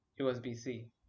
USB-C